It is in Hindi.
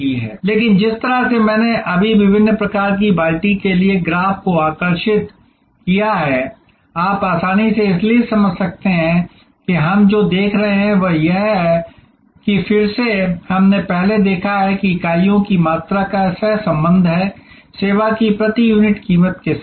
Refer Slide Time 0802 लेकिन जिस तरह से मैंने अभी विभिन्न प्रकार की बाल्टी के लिए ग्राफ को आकर्षित किया है आप आसानी से इसलिए समझ सकते हैं कि हम जो देख रहे हैं वह यह है कि फिर से हमने पहले देखा है कि इकाइयों की मात्रा का सहसंबंध है सेवा की प्रति यूनिट कीमत के साथ